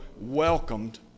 welcomed